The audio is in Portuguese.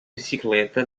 bicicleta